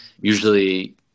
Usually